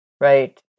right